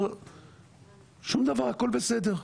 פה שום דבר, הכול בסדר.